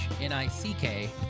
n-i-c-k